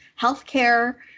healthcare